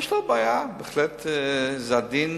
יש לו בעיה, בהחלט זה עדין,